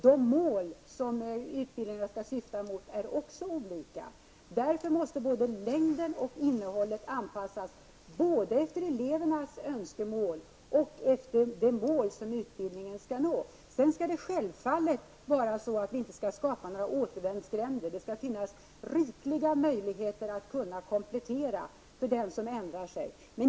De mål utbildningarna skall ha är också olika. Därför måste både längden och innehållet anpassas till elevernas önskemål och de mål som utbildningen skall nå. Däremot skall vi självfallet inte skapa återvändsgränder. Det skall finnas rikliga möjligheter att kunna komplettera för den som ändrar sig.